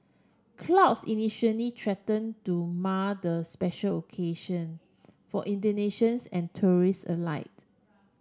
clouds initially threaten to mar the special occasion for Indonesians and tourists